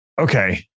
Okay